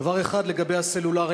דבר אחד לגבי הסלולרי,